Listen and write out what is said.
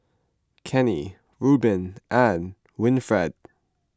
Kenney Rueben and Winfred